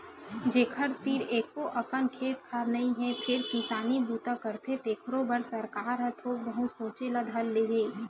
जेखर तीर एको अकन खेत खार नइ हे फेर किसानी बूता करथे तेखरो बर सरकार ह थोक बहुत सोचे ल धर ले हे